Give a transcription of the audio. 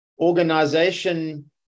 organization